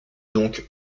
donc